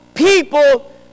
people